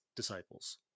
disciples